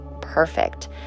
perfect